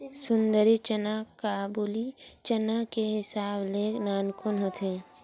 सुंदरी चना काबुली चना के हिसाब ले नानकुन होथे